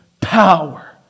power